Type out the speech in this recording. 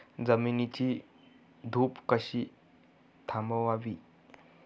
जमिनीची धूप कशी थांबवावी?